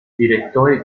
direttori